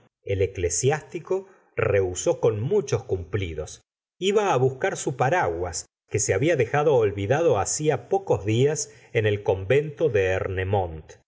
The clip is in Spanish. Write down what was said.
el eclesiástico rehusó con muchos cumplidos iba buscar su paraguas que se había dejado olvidado hacia pocos días en el convento de